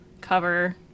cover